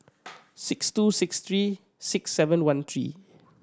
six two six three six seven one three